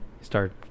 Start